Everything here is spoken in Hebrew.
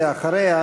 ואחריה,